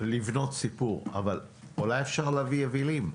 לבנות סיפור, אבל אולי אפשר להביא יבילים,